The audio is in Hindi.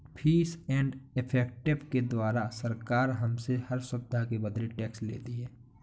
फीस एंड इफेक्टिव के द्वारा सरकार हमसे हर सुविधा के बदले टैक्स लेती है